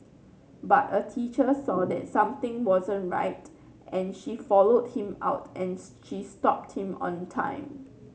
but a teacher saw that something wasn't right and she followed him out and she stopped him on time